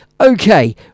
Okay